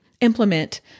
implement